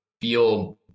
feel